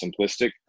simplistic